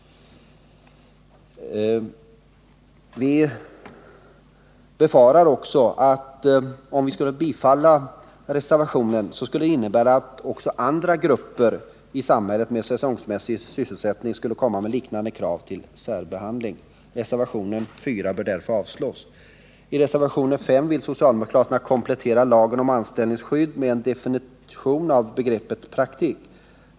Vi befarar också att om man skulle bifalla reservationen, så skulle det innebära att andra grupper i samhället med säsongmässig sysselsättning skulle komma med liknande krav på särbehandling. Reservationen 4 bör därför avslås. I reservationen 5 vill socialdemokraterna komplettera lagen om anställningsskydd med en definition av begreppet praktik.